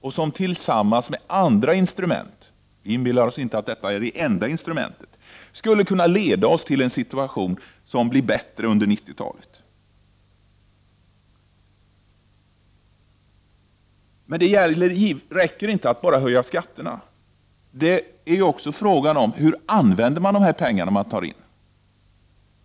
Vi inbillar oss inte att detta är det enda instrumentet, men tillsammans med andra instrument skulle det kunna leda oss till en bättre situation under 1990-talet. Det räcker inte att bara höja skatter. Det handlar också om hur man använder de pengar som man tar in.